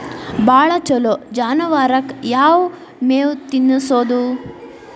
ಭಾಳ ಛಲೋ ಜಾನುವಾರಕ್ ಯಾವ್ ಮೇವ್ ತಿನ್ನಸೋದು?